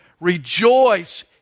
Rejoice